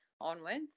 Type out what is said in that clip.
onwards